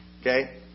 Okay